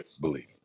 Believe